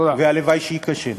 והלוואי שייכשל.